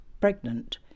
pregnant